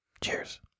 Cheers